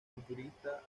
futurista